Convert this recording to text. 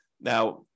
Now